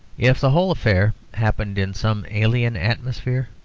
if the whole affair happened in some alien atmosphere,